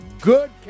good